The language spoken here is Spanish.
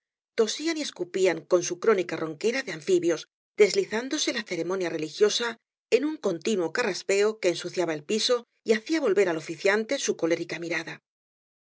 y escupían con su crónica ronquera de anfibios deslizándose la ceremonia religiosa en un continuo carraspeo que ensuciaba el piso y hacía volver al oficiante su colérica mirada